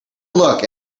look